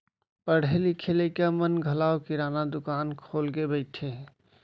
पढ़े लिखे लइका मन घलौ किराना दुकान खोल के बइठे हें